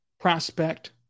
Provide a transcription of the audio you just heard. prospect